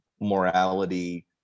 morality